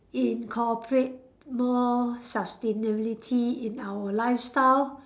incorporate more sustainability in our lifestyle